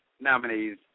nominees